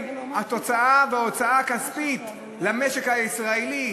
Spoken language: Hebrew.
התוצאה וההוצאה הכספית למשק הישראלי,